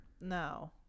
No